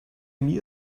mir